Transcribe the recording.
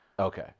Okay